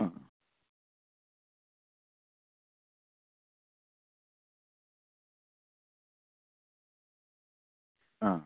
ആ ആ